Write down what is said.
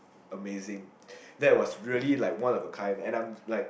amazing that was really like one of a kind and I'm like